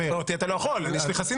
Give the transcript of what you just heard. לא, אותי אתה לא יכול, יש לי חסינות.